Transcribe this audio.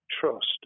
trust